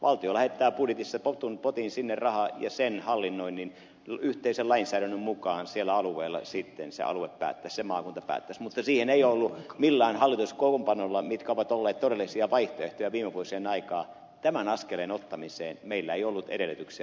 valtio lähettää budjetissa potin sinne rahaa ja sen hallinnoinnin siellä alueella sitten se alue päättäisi yhteisen lainsäädännön mukaan se maakunta päättäisi mutta tämän askelen ottamiseen ei ole millään hallituskokoonpanolla kun katsotaan mitkä ovat olleet todellisia vaihtoehtoja viime vuosien aikaan ollut edellytyksiä